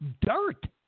dirt